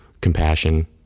compassion